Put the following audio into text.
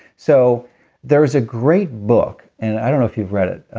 so there was a great book and i don't know if you've read it,